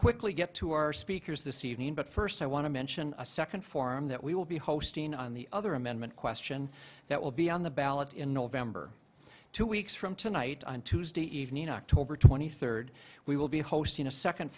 quickly get to our speakers this evening but first i want to mention a second form that we will be hosting on the other amendment question that will be on the ballot in november two weeks from tonight on tuesday evening october twenty third we will be hosting a second